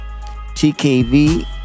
TKV